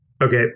Okay